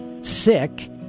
sick